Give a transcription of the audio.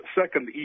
second